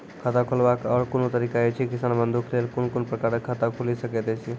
खाता खोलवाक आर कूनू तरीका ऐछि, किसान बंधु के लेल कून कून प्रकारक खाता खूलि सकैत ऐछि?